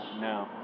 No